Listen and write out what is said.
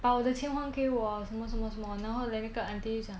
把我的钱还给我什么什么什么然后 then 一个 auntie 就讲